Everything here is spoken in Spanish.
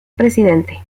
presidente